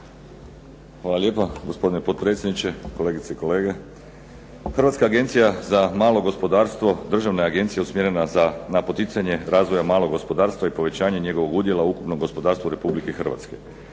Hvala lijepa gospodine potpredsjedniče, kolegice i kolege. Hrvatska agencija za malo gospodarstvo državna je agencija usmjerena na poticanje razvoja malog gospodarstva i povećanje njegovog udjela u ukupnom gospodarstvu Republike Hrvatske.